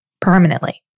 permanently